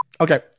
Okay